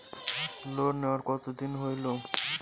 Loan নেওয়ার কতদিন হইল?